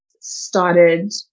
started